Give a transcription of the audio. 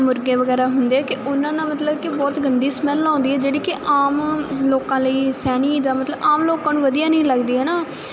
ਮੁਰਗੇ ਵਗੈਰਾ ਹੁੰਦੇ ਕਿ ਉਹਨਾਂ ਨਾਲ ਮਤਲਬ ਕਿ ਬਹੁਤ ਗੰਦੀ ਸਮੈਲ ਆਉਂਦੀ ਹੈ ਜਿਹੜੀ ਕਿ ਆਮ ਲੋਕਾਂ ਲਈ ਸਹਿਣੀ ਦਾ ਮਤਲਬ ਆਮ ਲੋਕਾਂ ਨੂੰ ਵਧੀਆ ਨਹੀਂ ਲੱਗਦੀ ਹਨਾ ਡੇਲੀ